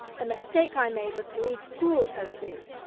the mistake i made was to leave school so soon.